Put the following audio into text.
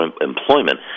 employment